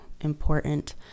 important